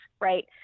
Right